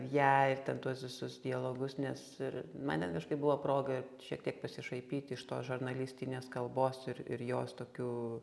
ją ir ten tuos visus dialogus nes ir man net kažkaip buvo proga šiek tiek pasišaipyti iš tos žarnalistinės kalbos ir ir jos tokių